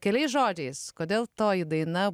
keliais žodžiais kodėl toji daina